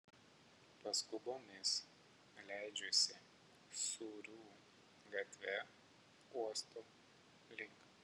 paskubomis leidžiuosi sūrių gatve uosto link